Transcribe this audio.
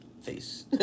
face